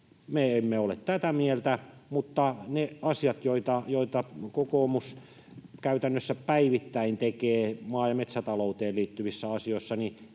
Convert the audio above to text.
emme ole tätä mieltä. Ne asiat, joita kokoomus käytännössä päivittäin tekee maa‑ ja metsätalouteen liittyvissä asioissa,